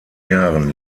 jahren